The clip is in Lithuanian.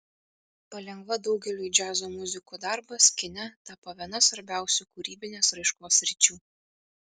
palengva daugeliui džiazo muzikų darbas kine tapo viena svarbiausių kūrybinės raiškos sričių